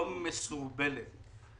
לא מסורבלת.